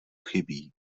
chybí